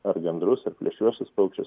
ar gandrus ar plėšriuosius paukščius